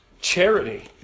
charity